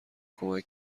کمک